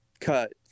cut